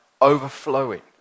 overflowing